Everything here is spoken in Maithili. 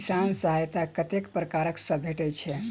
किसान सहायता कतेक पारकर सऽ भेटय छै?